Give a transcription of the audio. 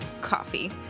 Coffee